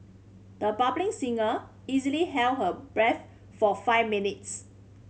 the bulbing singer easily held her breath for five minutes